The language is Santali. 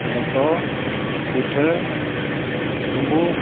ᱞᱮᱴᱚ ᱯᱤᱴᱷᱟᱹ ᱰᱩᱢᱵᱩᱜ